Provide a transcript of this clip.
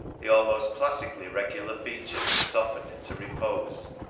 the almost classically regular features were softened into repose,